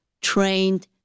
trained